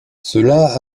cela